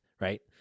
right